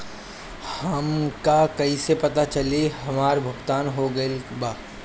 हमके कईसे पता चली हमार भुगतान हो गईल बा?